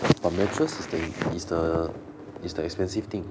but mattress is the is the is the expensive thing